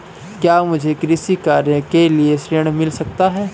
क्या मुझे कृषि कार्य के लिए ऋण मिल सकता है?